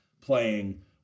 playing